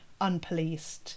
unpoliced